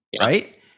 right